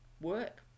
work